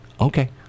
okay